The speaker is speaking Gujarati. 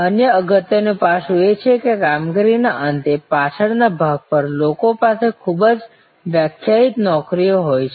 અન્ય અગત્યનું પાસું એ છે કે કામગીરીના અંતે પાછળ ના ભાગ પર લોકો પાસે ખૂબ જ વ્યાખ્યાયિત નોકરીઓ હોય છે